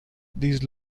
these